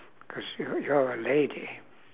cause you~ you're a lady